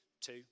two